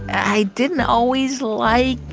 i didn't always like.